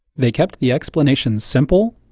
they kept the explanations simple,